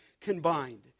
combined